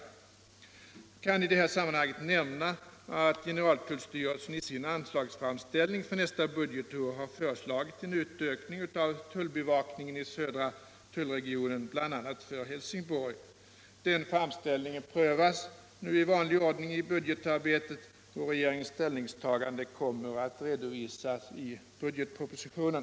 Jag kan i detta sammanhang nämna att generaltullstyrelsen i sin anslagsframställning för nästa budgetår har föreslagit en utökning av tullbevakningen i södra tullregionen, bl.a. för Helsingborg. Framställningen prövas i vanlig ordning i budgetarbetet och regeringens ställningstagande kommer att redovisas i budgetpropositionen.